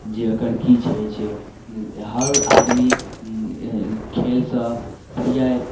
जे एकर की होइ छै हर आदमी खेलसँ प्रिय